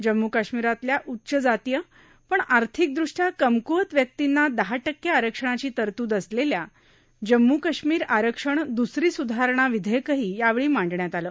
जम्मू कश्मीरातल्या उच्चजातीय पण आर्थिकदृष्ट्या कमक्वत व्यक्तींना दहा टक्के आरक्षणाची तरतूद असलेल्या जम्मू कश्मीर आरक्षण द्सरी स्धारणा विधेयकही यावेळी मांडण्यात आलं